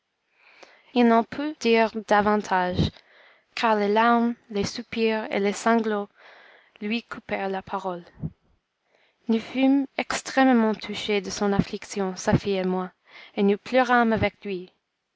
il n'en put dire davantage car les larmes les soupirs et les sanglots lui coupèrent la parole nous fûmes extrêmement touchés de son affliction sa fille et moi et nous pleurâmes avec lui